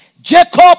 Jacob